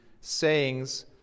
sayings